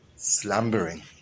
slumbering